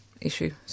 Issue